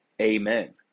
Amen